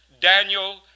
Daniel